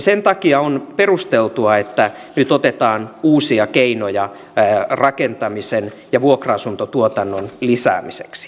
sen takia on perusteltua että nyt otetaan uusia keinoja rakentamisen ja vuokra asuntotuotannon lisäämiseksi